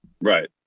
Right